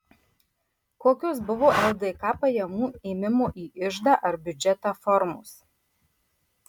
kokios buvo ldk pajamų ėmimo į iždą ar biudžetą formos